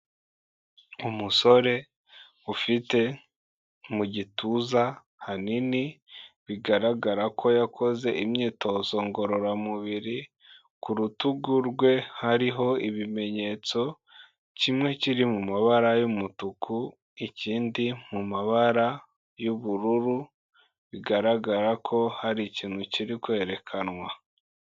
Umusore ufite mu gituza hanini bigaragara ko yakoze imyitozo ngororamubiri, ku rutugu rwe hariho ibimenyetso, kimwe kiri mu mabara y'umutuku, ikindi mu mabara y'ubururu bigaragara ko hari ikintu kiri kwerekanwa.